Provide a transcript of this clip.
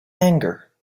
anger